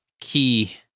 key